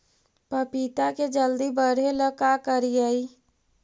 पपिता के जल्दी बढ़े ल का करिअई?